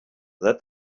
that